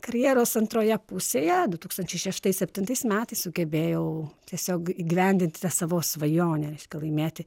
karjeros antroje pusėje du tūkstančiai šeštais septintais metais sugebėjau tiesiog įgyvendinti tą savo svajonę laimėti